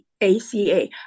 ACA